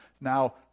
now